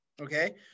okay